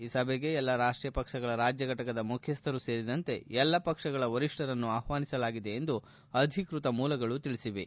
ಈ ಸಭೆಗೆ ಎಲ್ಲಾ ರಾಷ್ಟೀಯ ಪಕ್ಷಗಳ ರಾಜ್ಞ ಫಟಕದ ಮುಖ್ಯಸ್ವರು ಸೇರಿದಂತೆ ಎಲ್ಲಾ ಪಕ್ಷಗಳ ವರಿಷ್ಠರನ್ನು ಆಹ್ವಾನಿಸಲಾಗಿದೆ ಎಂದು ಅಧಿಕೃತ ಮೂಲಗಳು ತಿಳಿಸಿವೆ